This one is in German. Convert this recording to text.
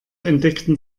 entdeckten